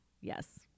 yes